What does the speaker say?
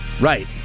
Right